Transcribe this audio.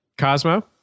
Cosmo